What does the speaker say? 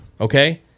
Okay